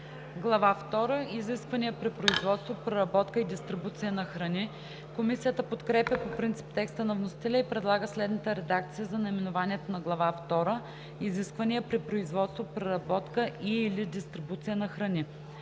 втора – Изисквания при производство, преработка и дистрибуция на храни“. Комисията подкрепя по принцип текста на вносителя и предлага следната редакция за наименованието на Глава втора: „Изисквания при производство, преработка и/или дистрибуция на храни“.